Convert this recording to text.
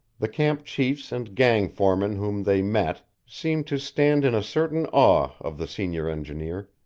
the camp chiefs and gang foremen whom they met seemed to stand in a certain awe of the senior engineer,